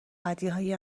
بدیهایی